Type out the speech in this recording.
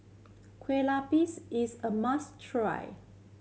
kue lupis is a must try